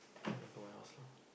then go my house lah